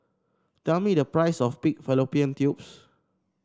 tell me the price of Pig Fallopian Tubes